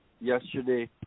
yesterday